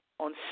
On